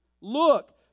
Look